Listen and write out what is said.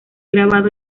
grabado